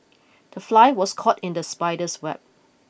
the fly was caught in the spider's web